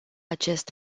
acest